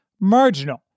marginal